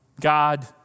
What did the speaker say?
God